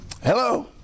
Hello